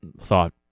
thought